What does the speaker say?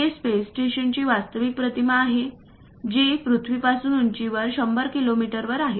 ही space स्टेशनची वास्तविक प्रतिमा आहे जी पृथ्वीपासून उंचीवर 100 किलोमीटर वर आहे